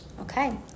Okay